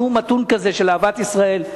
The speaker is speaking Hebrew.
נאום מתון כזה של אהבת ישראל.